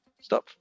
Stop